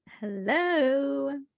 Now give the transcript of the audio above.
Hello